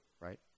right